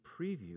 preview